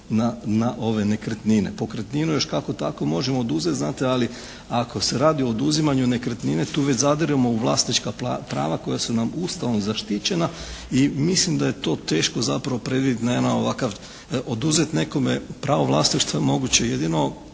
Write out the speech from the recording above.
na ove nekretnine. Pokretninu još kako tako možemo oduzeti znate ali ako se radi o oduzimanju nekretnine tu već zadiremo u vlasnička prava koja su nam Ustavom zaštićena i mislim da je to teško zapravo predvidjeti na jedan ovakav, oduzeti nekome pravo vlasništva moguće je jedino